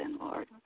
Lord